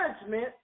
judgment